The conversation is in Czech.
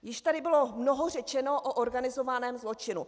Již tady bylo mnoho řečeno o organizovaném zločinu.